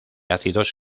ácidos